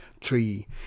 tree